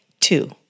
two